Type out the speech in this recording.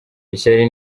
ishyari